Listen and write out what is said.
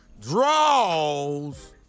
Draws